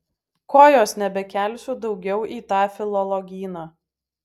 kojos nebekelsiu daugiau į tą filologyną